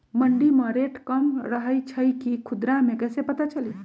मंडी मे रेट कम रही छई कि खुदरा मे कैसे पता चली?